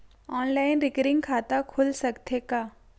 Online recurring खाता खुल सकथे का?